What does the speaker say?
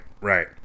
right